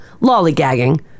lollygagging